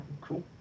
cool